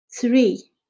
Three